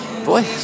Boy